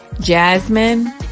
Jasmine